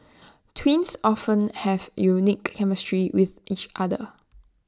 twins often have unique chemistry with each other